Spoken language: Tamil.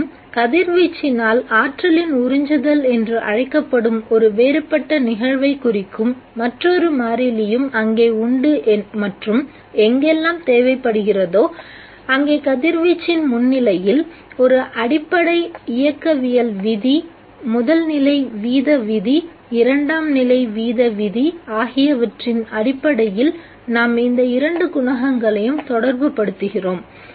மேலும் கதிர்வீச்சினால் ஆற்றலின் உறிஞ்சுதல் என்று அழைக்கப்படும் ஒரு வேறுபட்ட நிகழ்வைக் குறிக்கும் மற்றொரு மாறிலியும் அங்கே உண்டு மற்றும் எங்கெல்லாம் தேவைப்படுகிறதோ அங்கே கதிர்வீச்சின் முன்னிலையில் ஒரு அடிப்படை இயக்கவியல் விதி முதல் நிலை வீத விதி இரண்டாம் நிலை வீத விதி ஆகியவற்றின் அடிப்படையில் நாம் இந்த இரண்டு குணகங்களையும் தொடர்பு படுத்துகிறோம்